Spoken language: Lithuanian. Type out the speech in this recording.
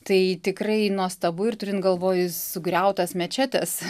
tai tikrai nuostabu ir turint galvoj sugriautas mečetes